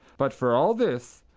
but for all this,